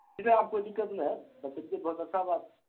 सीधे आब कोई दिक्कत नहि है आपके लिये बहुत अच्छा बात